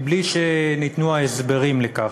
בלי שניתנו הסברים לכך.